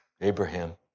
Abraham